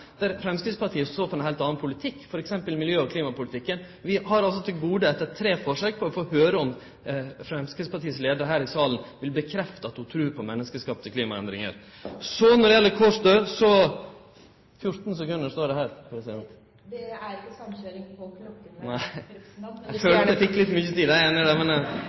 der Framstegspartiet står for ein heilt annan politikk, t.d. miljø- og klimapolitikk. Vi har altså til gode, etter tre forsøk, å høyre om Framstegspartiets leiar her i salen vil bekrefte at ho trur på menneskeskapte klimaendringar. Så når det gjeld Kårstø …. Det står 14 sekundar her, president. Det er ikke samkjøring på klokkene. Eg følte eg fekk litt mykje tid. Eg er einig i det, men